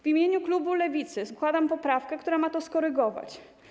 W imieniu klubu Lewicy składam poprawkę, która ma to skorygować.